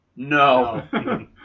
No